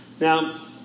Now